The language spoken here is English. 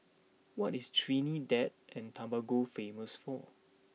what is Trinidad and Tobago famous for